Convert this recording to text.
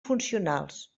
funcionals